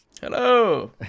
Hello